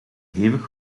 hevig